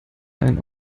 ein